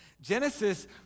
Genesis